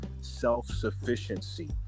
self-sufficiency